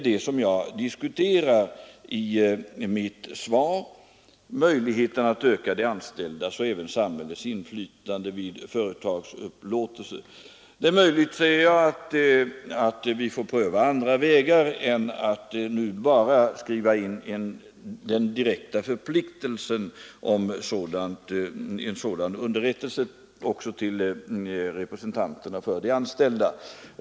Och vad jag talar om i mitt svar är just möjligheten att öka de anställdas och även samhällets inflytande vid företagsöverlåtelser. Det är möjligt, säger jag, att vi får pröva andra vägar än att bara skriva in den direkta förpliktelsen att lämna underrättelse också till representanterna för de anställda.